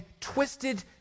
twisted